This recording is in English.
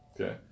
Okay